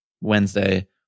Wednesday